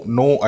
no